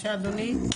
בבקשה אדוני.